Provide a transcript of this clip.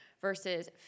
Versus